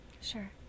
Sure